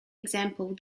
example